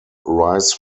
rise